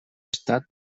estat